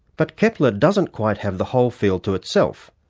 but kepler doesn't quite have the whole field to itself.